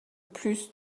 plus